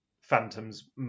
phantoms